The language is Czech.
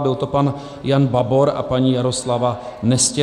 Byl to pan Jan Babor a paní Jaroslava Nestěrová.